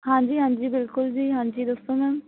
ਹਾਂਜੀ ਹਾਂਜੀ ਬਿਲਕੁਲ ਜੀ ਹਾਂਜੀ ਦੱਸੋ ਮੈਮ